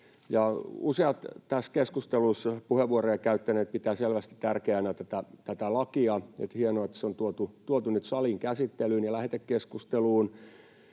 tässä keskustelussa puheenvuoroja käyttäneet pitävät tätä lakia selvästi tärkeänä. Hienoa, että se on tuotu nyt saliin käsittelyyn ja lähetekeskusteluun.